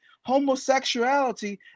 homosexuality